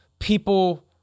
People